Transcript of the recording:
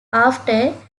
after